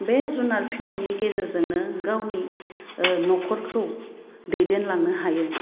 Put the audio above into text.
बे जुनार फिसिनायनि गेजेरजोंनो गावनि न'खरखौ दैदेनलांनो हायो